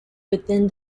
within